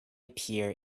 appear